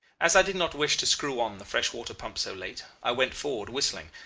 as i did not wish to screw on the fresh-water pump so late, i went forward whistling,